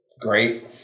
great